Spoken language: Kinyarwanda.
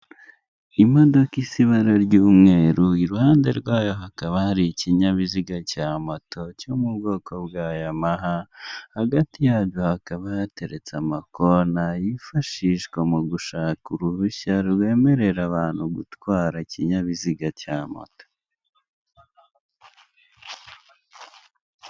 Imodoka isa ibara ry'umweru, iruhande rwayo hakaba hari ikinyabiziga cya moto, cyo mu bwoko bwa yamaha, hagati yabyo hakaba hateretse amakona, yifashishwa mu gushaka uruhushya, rwemerera abantu gutwara ikinyabiziga cya moto.